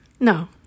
No